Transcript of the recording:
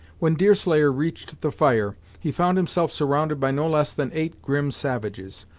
when deerslayer reached the fire, he found himself surrounded by no less than eight grim savages,